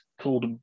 called